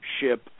ship